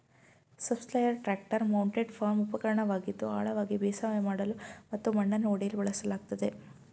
subsoiler tractor mounted farm ಉಪಕರಣವಾಗಿದ್ದು ಆಳವಾಗಿ ಬೇಸಾಯ ಮಾಡಲು ಮತ್ತು ಮಣ್ಣನ್ನು ಒಡೆಯಲು ಬಳಸಲಾಗ್ತದೆ